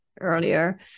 earlier